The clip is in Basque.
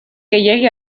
gehiegi